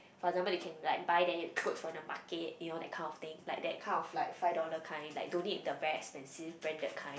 for example you can like buy then clothes on the market you know that kind of thing like that kind of like five dollar kind like no need the very expensive brand that kind